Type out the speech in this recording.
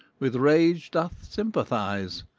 with rage doth sympathise,